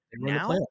now